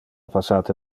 passate